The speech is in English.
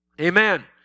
Amen